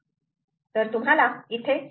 तर तुम्हाला इथे 3